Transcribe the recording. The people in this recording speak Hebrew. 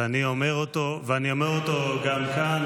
ואני אומר אותו גם כאן,